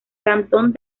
cantón